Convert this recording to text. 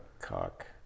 cock